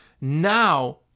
now